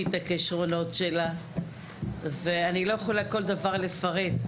את הכישרונות שלה ואני לא יכולה כל דבר לפרט,